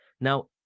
Now